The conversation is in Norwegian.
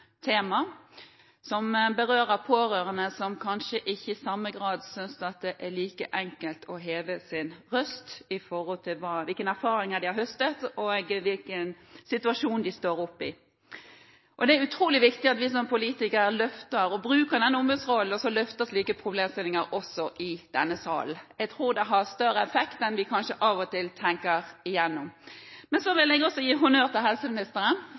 som berører pårørende som kanskje ikke i samme grad synes det er like enkelt å heve sin røst når det gjelder hvilke erfaringer de har høstet, og hvilken situasjon de står oppe i. Det er utrolig viktig at vi som politikere bruker denne ombudsrollen og løfter fram slike problemstillinger også i denne salen. Jeg tror det har større effekt enn vi kanskje av og til tenker igjennom. Så vil jeg også gi honnør til helseministeren,